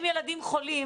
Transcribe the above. אם ילדים חולים,